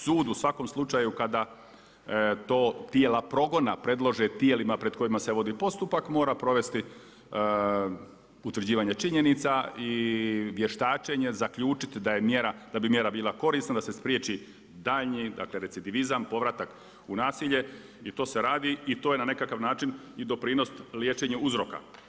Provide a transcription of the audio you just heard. Sud u svakom slučaju kada to tijela progona predlože tijelima pred kojima se vodi postupak mora provesti utvrđivanje činjenica i vještačenje zaključiti da bi mjera bila korisna, da se spriječi daljnji dakle recidivizam, povratak u nasilje i to se radi i to je na nekakav način i doprinos liječenje uzroka.